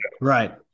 right